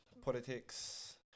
politics